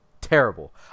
terrible